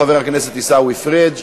חבר הכנסת פריג',